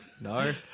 No